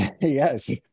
yes